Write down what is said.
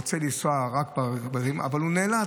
אבל הוא נאלץ,